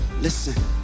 Listen